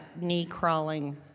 knee-crawling